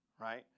Right